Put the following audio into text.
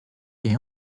est